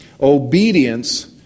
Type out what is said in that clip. Obedience